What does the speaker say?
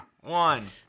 one